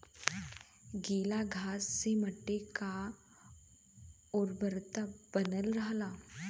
गीला घास से मट्टी क उर्वरता बनल रहला